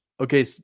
Okay